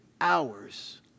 hours